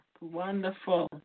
Wonderful